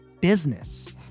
business